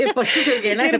ir pasidžiaugei ane kad